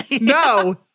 No